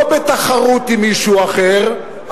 לא בתחרות עם מישהו אחר,